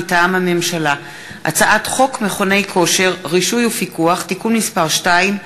מטעם הממשלה: הצעת חוק מכוני כושר (רישוי ופיקוח) (תיקון מס' 2),